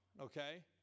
okay